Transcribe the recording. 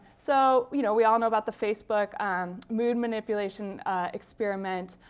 so you know we all know about the facebook and mood manipulation experiment.